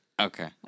Okay